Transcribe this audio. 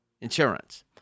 Insurance